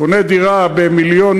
קונה דירה ב-1.2 מיליון,